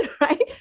right